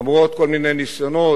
למרות כל מיני ניסיונות,